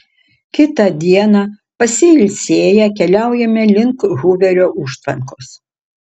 kitą dieną pasiilsėję keliaujame link huverio užtvankos